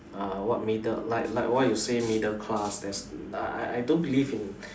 uh what middle like like what you say middle class there's I I I don't believe in